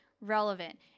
relevant